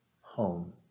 home